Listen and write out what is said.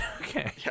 okay